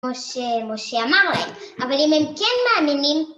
כמו שמשה אמר להם. אבל אם הם כן מאמינים,